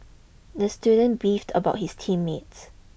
the student beefed about his team mates